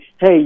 hey